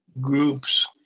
groups